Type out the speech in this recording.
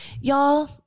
Y'all